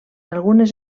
algunes